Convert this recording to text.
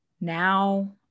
now